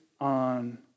on